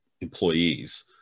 employees